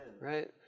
right